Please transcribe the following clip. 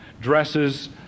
dresses